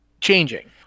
changing